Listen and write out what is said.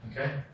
Okay